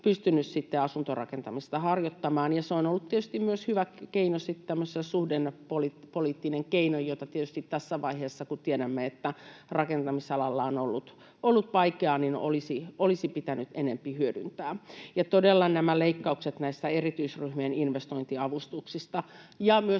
pystynyt asuntorakentamista harjoittamaan. Se on myös ollut tietysti hyvä tämmöinen suhdannepoliittinen keino, jota tietysti tässä vaiheessa, kun tiedämme, että rakentamisalalla on ollut vaikeaa, olisi pitänyt enempi hyödyntää. Todella nämä leikkaukset näistä erityisryhmien investointiavustuksista ja myös